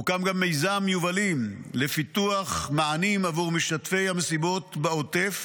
הוקם גם מיזם "יובלים" לפיתוח מענים עבור משתתפי המסיבות בעוטף